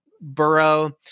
burrow